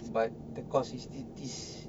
but the course is thi~ this